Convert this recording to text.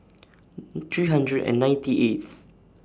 three hundred and ninety eighth